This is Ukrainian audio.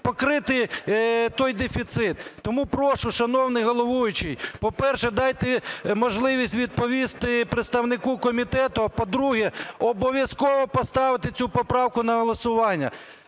покрити той дефіцит. Тому прошу, шановний головуючий, по-перше, дайте можливість відповісти представнику комітету, а, по-друге, обов'язково поставити цю поправку на голосування.